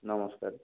ନମସ୍କାର